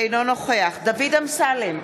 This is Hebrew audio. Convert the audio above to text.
אינו נוכח דוד אמסלם,